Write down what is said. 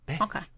Okay